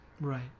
Right